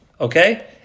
okay